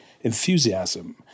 enthusiasm